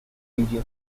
region